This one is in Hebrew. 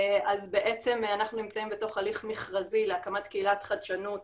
אנחנו נמצאים בתוך הליך מכרזי להקמת קהילת חדשנות